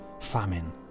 famine